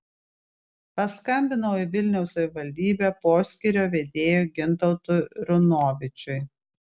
paskambinau į vilniaus savivaldybę poskyrio vedėjui gintautui runovičiui